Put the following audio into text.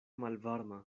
malvarma